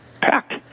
packed